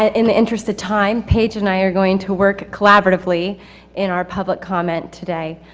ah in the interest of time, page and i are going to work collaboratively in our public comment today.